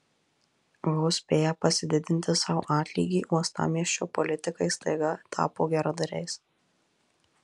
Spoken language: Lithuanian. vos spėję pasididinti sau atlygį uostamiesčio politikai staiga tapo geradariais